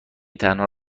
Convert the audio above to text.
تنها